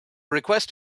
request